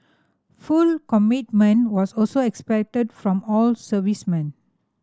full commitment was also expected from all servicemen